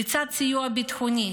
לצד סיוע ביטחוני,